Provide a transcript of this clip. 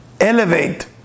elevate